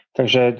Takže